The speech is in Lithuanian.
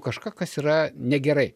kažką kas yra negerai